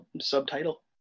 subtitle